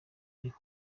ariho